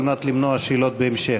כדי למנוע שאלות בהמשך.